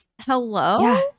hello